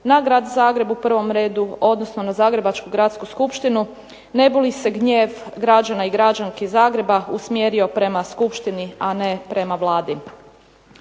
na Grad Zagreb u prvom redu, odnosno na zagrebačku Gradsku skupštinu ne bi li se gnjev građana i građanki Zagreba usmjerio prema Skupštini, a ne prema Vladi.